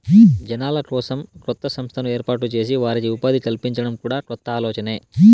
జనాల కోసం కొత్త సంస్థను ఏర్పాటు చేసి వారికి ఉపాధి కల్పించడం కూడా కొత్త ఆలోచనే